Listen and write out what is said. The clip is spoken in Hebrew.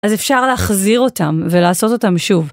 אז אפשר להחזיר אותם ולעשות אותם שוב.